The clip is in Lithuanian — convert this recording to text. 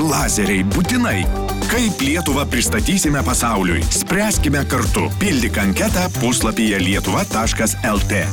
lazeriai būtinai kaip lietuvą pristatysime pasauliui spręskime kartu pildyk anketą puslapyje lietuva taškas lt